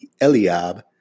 Eliab